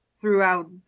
throughout